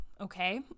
okay